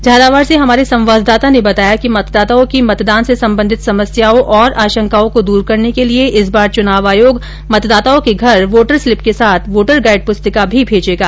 झालावाड से हमारे संवाददाता ने बताया कि मतदाताओं की मतदान से संबधित समस्याओं और आशंकाओं को दूर करने के लिये इस बार चुनाव आयोग मतदाताओं के घर वोटर स्लिप के साथ वोटर गाईड पुस्तिका भी भेजेगा